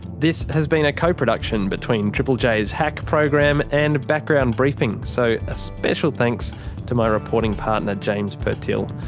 this has been a co-production between triple j's hack program and background briefing, so a special thanks to my reporting partner james purtill.